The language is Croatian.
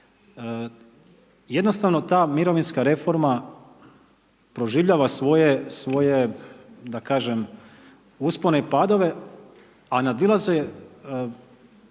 Jednostavno ta mirovinska reforma proživljava svoje da kažem uspone i padove a nadilaze